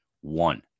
One